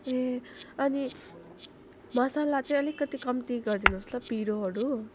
ए अनि मसला चाहिँ अलिकति कम्ति गरिदिनुहोस् ल पिरोहरू